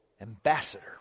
ambassador